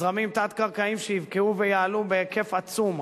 זרמים תת-קרקעיים שיבקעו ויעלו בהיקף עצום.